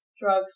drugs